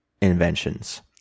inventions